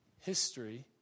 History